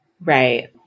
Right